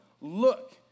look